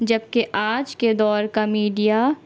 جبکہ آج کے دور کا میڈیا